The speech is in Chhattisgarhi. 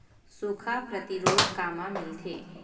सुखा प्रतिरोध कामा मिलथे?